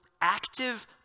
active